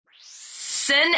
Sin